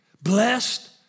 blessed